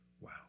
Wow